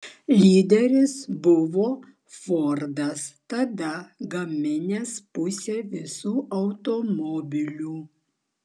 lyderis buvo fordas tada gaminęs pusę visų automobilių